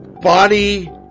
body